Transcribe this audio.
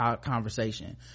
conversation